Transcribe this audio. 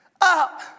up